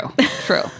true